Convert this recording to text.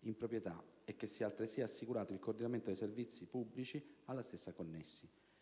in proprietà e che sia altresì assicurato il coordinamento dei servizi pubblici alla stessa connessi.